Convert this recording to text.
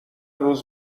روز